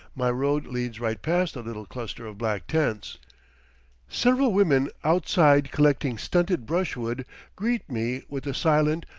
my road leads right past the little cluster of black tents several women outside collecting stunted brushwood greet me with the silent,